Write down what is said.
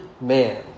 man